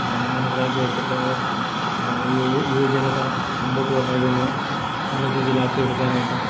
മെന്നെ മനസ്സിലാക്കിയെടുത്തിട്ട് യു യുവജനത മുമ്പോട്ട് വരണേൽതന്നെ നല്ലരീതിയിലാക്കിയെടുക്കാനായിട്ട്